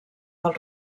del